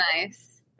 nice